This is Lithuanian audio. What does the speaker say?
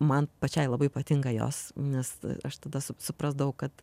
man pačiai labai patinka jos nes aš tada su suprasdavau kad